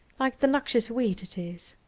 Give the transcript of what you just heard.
like the noxious weed it is.